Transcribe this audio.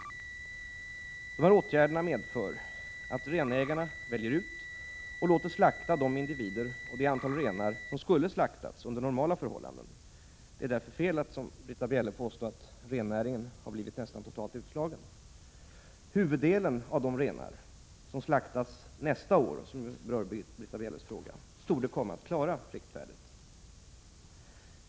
De vidtagna åtgärderna medför att renägarna väljer ut och låter slakta de individer och det antal renar som skulle ha slaktats under normala förhållanden. Det är därför fel att som Britta Bjelle påstå att rennäringen har blivit nästan totalt utslagen. Huvuddelen av de renar som slaktas nästa år och som berörs av Britta Bjelles fråga torde komma att klara riktvärdet.